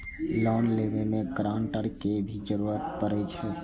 Loan लेबे में guarantor के भी जरूरी परे छै?